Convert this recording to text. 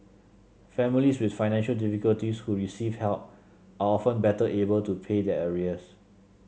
families with financial difficulties who receive help are often better able to pay their arrears